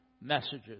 messages